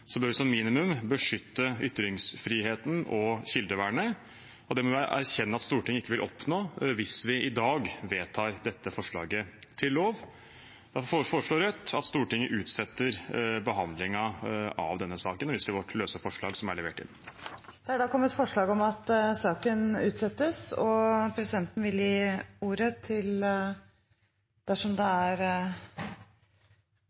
bør vi som minimum beskytte ytringsfriheten og kildevernet. Det må vi erkjenne at Stortinget ikke vil oppnå hvis vi i dag vedtar dette forslaget til lov. Derfor foreslår Rødt at Stortinget utsetter behandlingen av denne saken, og jeg viser til vårt løse forslag som er levert inn. Det er da kommet forslag om at saken utsettes. Presidenten vil dersom det er ønske om kommentarer til utsettelsesforslaget, åpne for det.